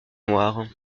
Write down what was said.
noire